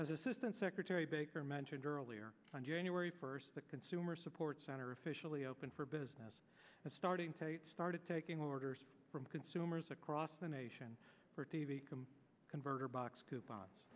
as assistant secretary baker mentioned earlier on january first the consumer support center officially open for business starting to started taking orders from consumers across the nation converter box coupons